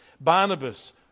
Barnabas